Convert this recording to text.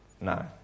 No